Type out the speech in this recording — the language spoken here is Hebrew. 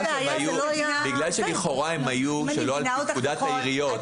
בגלל שלכאורה הןהיו שלא על פי פקודת העיריות.